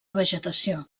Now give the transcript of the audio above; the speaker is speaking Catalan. vegetació